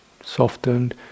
softened